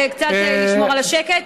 וקצת לשמור על השקט?